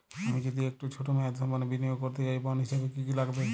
আমি যদি একটু ছোট মেয়াদসম্পন্ন বিনিয়োগ করতে চাই বন্ড হিসেবে কী কী লাগবে?